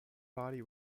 body